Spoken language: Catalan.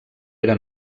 era